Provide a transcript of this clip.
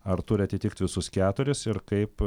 ar turi atitikt visus keturis ir kaip